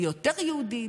מי יותר יהודי,